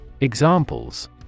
Examples